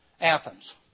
Athens